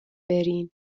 برین